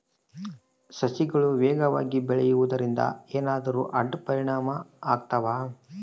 ಸಸಿಗಳು ವೇಗವಾಗಿ ಬೆಳೆಯುವದರಿಂದ ಏನಾದರೂ ಅಡ್ಡ ಪರಿಣಾಮಗಳು ಆಗ್ತವಾ?